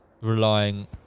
relying